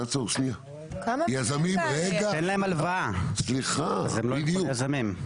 תן להם הלוואה אז הם לא צריכים יזמים.